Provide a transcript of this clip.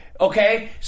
Okay